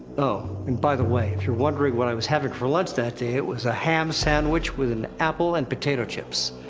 and by the way, if you're wondering what i was having for lunch that day, it was a ham sandwich with an apple and potato chips.